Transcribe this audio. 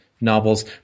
novels